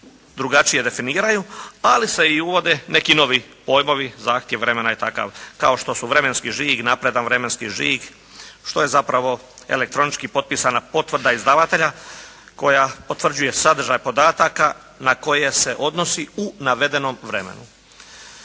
drugačije definiraju, ali se i uvode neki novi pojmovi. Zahtjev vremena je takav kao što su vremenski žig, napredan vremenski žig, što je zapravo elektronički potpisana potvrda izdavatelja koja potvrđuje sadržaj podataka na koje se odnosi u navedenom vremenu.